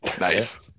Nice